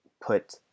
put